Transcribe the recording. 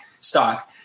stock